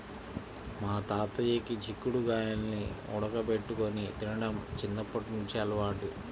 మా తాతయ్యకి చిక్కుడు గాయాల్ని ఉడకబెట్టుకొని తినడం చిన్నప్పట్నుంచి అలవాటు